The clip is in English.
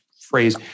phrase